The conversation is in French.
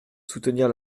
soutenir